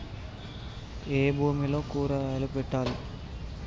ఏ భూమిలో కూరగాయలు పెట్టాలి?